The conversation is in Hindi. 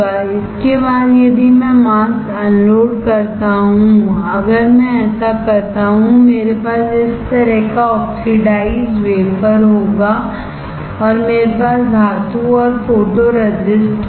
इसके बाद यदि मैं मास्क अनलोड करता हूँ अगर मैं ऐसा करता हूँ मेरे पास इस तरह का ऑक्सीडाइज़्ड वेफर होगा और मेरे पास धातु और फोटोरेसिस्ट होगा